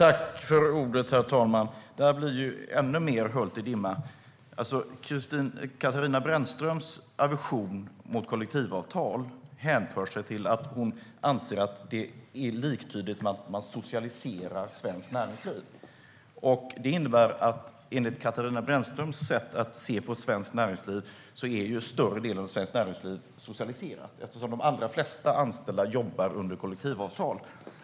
Herr talman! Nu blir allt ännu mer höljt i dimma. Katarina Brännströms aversion mot kollektivavtal hänför sig till att hon anser att det är liktydigt med att man socialiserar svenskt näringsliv. Det innebär att enligt Katarina Brännströms sätt att se på det svenska näringslivet är större delen av det socialiserat, eftersom de allra flesta anställda jobbar under kollektivavtal.